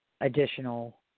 additional